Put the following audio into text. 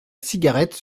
cigarette